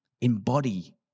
Embody